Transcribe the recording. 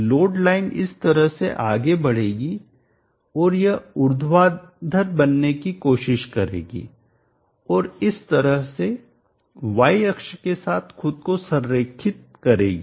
load line इस तरह से आगे बढ़ेगी और यह ऊर्ध्वाधर बनने की कोशिश करेगी और इस तरह से y अक्ष के साथ खुद को संरेखित करेगी